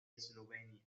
eslovenia